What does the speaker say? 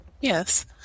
Yes